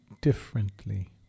differently